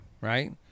right